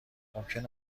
ممکن